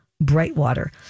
Brightwater